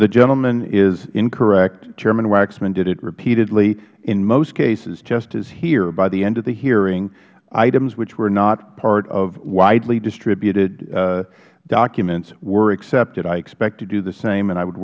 the gentleman is incorrect chairman waxman did it repeatedly in most cases just as here by the end of the hearing items which were not part of widely distributed documents were accepted i expect to do the same and i would